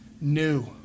new